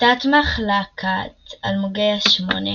תת-מחלקת אלמוגי השמונה